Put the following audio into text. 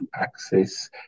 access